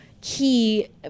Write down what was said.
key